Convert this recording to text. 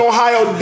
Ohio